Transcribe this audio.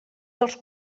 dels